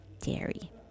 dairy